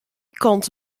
kant